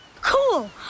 Cool